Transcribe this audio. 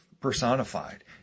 personified